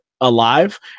alive